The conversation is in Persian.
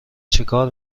چیکار